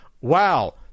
Wow